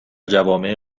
جوامع